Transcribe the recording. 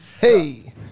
Hey